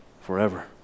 forever